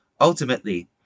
Ultimately